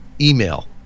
email